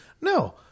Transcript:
no